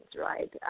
right